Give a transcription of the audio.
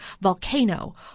volcano